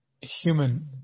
human